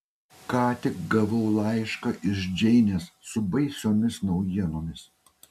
ką tik gavau laišką iš džeinės su baisiomis naujienomis